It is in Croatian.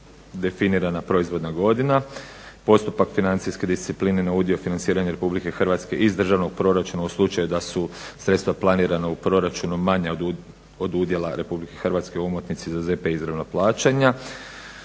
definirana proizvodna godina, postupak financijske discipline na udio financiranja RH iz državnog proračuna u slučaju da su sredstva planirana u proračunu manja od udjela RH u omotnici za ZP izravna plaćanja.